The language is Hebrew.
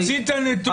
תציג את הנתונים במצגת.